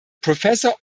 professor